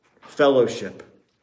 Fellowship